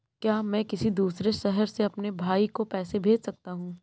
क्या मैं किसी दूसरे शहर में अपने भाई को पैसे भेज सकता हूँ?